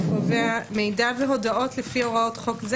שקובע: "מידע והודעות לפי הוראות חוק זה